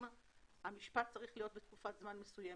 שהמשפט צריך להיות בתקופת זמן מסוימת.